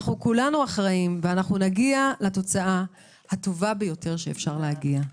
ונגיע לתוצאה הטובה ביותר שאפשר להגיע.